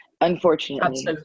Unfortunately